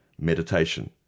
meditation